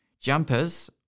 Jumpers